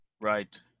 Right